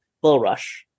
Bullrush